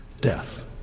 death